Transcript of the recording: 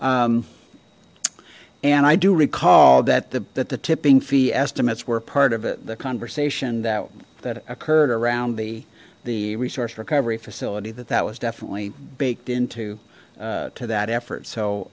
and i do recall that the the tipping fee estimates were part of it the conversation that that occurred around the the resource recovery facility that that was definitely baked into to that effort